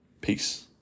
Peace